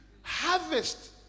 harvest